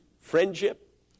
friendship